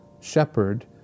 shepherd